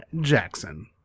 Jackson